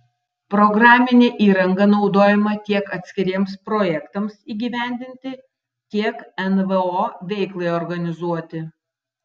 programinė įranga naudojama tiek atskiriems projektams įgyvendinti tiek nvo veiklai organizuoti